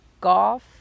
golf